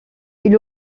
ils